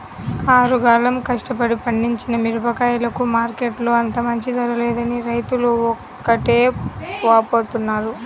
ఆరుగాలం కష్టపడి పండించిన మిరగాయలకు మార్కెట్టులో అంత మంచి ధర లేదని రైతులు ఒకటే వాపోతున్నారు